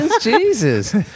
Jesus